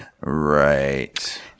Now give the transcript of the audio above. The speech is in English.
Right